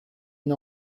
une